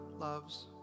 loves